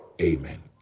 Amen